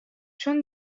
چون